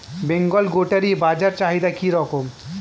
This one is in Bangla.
বেঙ্গল গোটারি বাজার চাহিদা কি রকম?